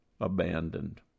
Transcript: abandoned